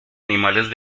animales